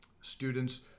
students